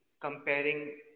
comparing